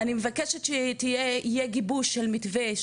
אני מבקשת שיהיה גיבוש של מתווה,